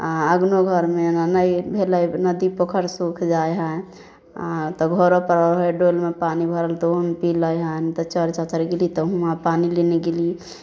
आ अंगनो घरमे एना नहि भेलै नदी पोखरि सूखि जाइ हइ आ तऽ घरो पर हइ डोलमे पानि भरल तऽ ओहोमे पी लै हइ नहि तऽ चऽर चाँचर गेली तऽ हुआँ पानि लेने गेली